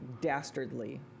dastardly